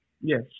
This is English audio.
Yes